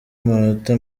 amanota